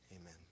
amen